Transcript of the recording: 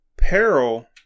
peril